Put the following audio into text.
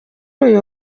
uyu